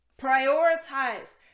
Prioritize